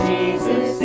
Jesus